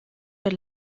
per